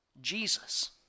Jesus